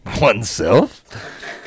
oneself